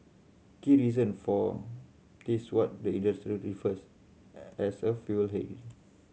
key reason for this what the industry refers as a fuel hedge